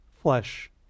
flesh